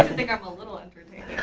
think i'm a little entertaining.